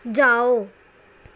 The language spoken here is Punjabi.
ਜਾਓ